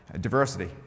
diversity